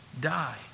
die